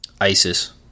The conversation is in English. ISIS